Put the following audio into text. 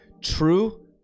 True